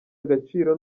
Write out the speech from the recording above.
agaciro